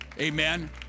amen